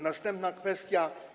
Następna kwestia.